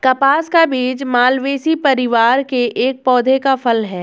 कपास का बीज मालवेसी परिवार के एक पौधे का फल है